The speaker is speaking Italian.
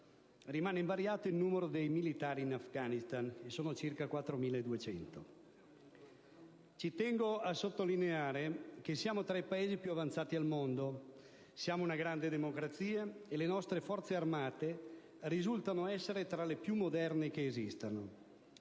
Resta invariato il numero dei militari in Afghanistan, che sono circa 4.200. Ci tengo a sottolineare che siamo tra i Paesi più avanzati al mondo, siamo una grande democrazia e le nostre Forze armate risultano essere tra le più moderne che esistano.